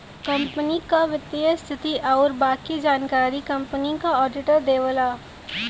company क वित्तीय स्थिति आउर बाकी जानकारी कंपनी क आडिटर देवला